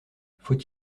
faut